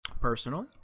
personally